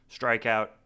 strikeout